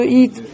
eat